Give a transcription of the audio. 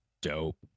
dope